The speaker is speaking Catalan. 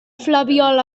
flabiol